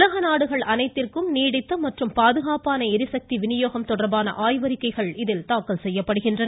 உலக நாடுகள் அனைத்திற்கும் நீடித்த மற்றும் பாதுகாப்பான ளிசக்தி வினியோகம் தொடா்பான ஆய்வறிக்கைகள் இதில் தாக்கல் செய்யப்படுகின்றன